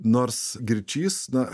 nors girčys na